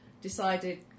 decided